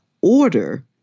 order